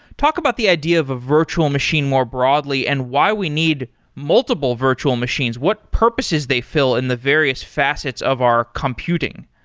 talk about the idea of a virtual machine more broadly, and why we need multiple virtual machines. what purposes they fill in the various facets of our computing?